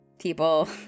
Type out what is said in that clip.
people